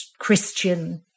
Christian